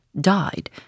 died